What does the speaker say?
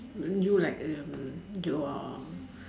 then you like um you're